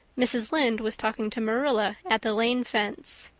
mrs. lynde was talking to marilla at the lane fence.